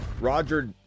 Roger